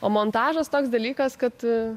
o montažas toks dalykas kad